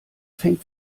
fängt